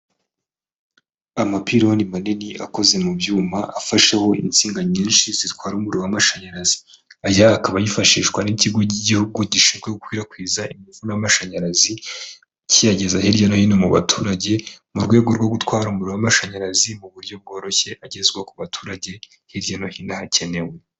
Amapironi manini akoze mu byuma afasheho insinga nyinshi zitwara umuriro w'amashanyarazi. Aya akaba yifashishwa n'ikigo cy'igihugu gishinzwe gukwirakwiza ingufu n'amashanyarazi kiyageza hirya no hino mu baturage, mu rwego rwo gutwara umuriro w'amashanyarazi mu buryo bworoshye agezwa ku baturage hirya no hino aho akenewe.